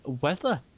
Weather